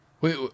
wait